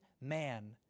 man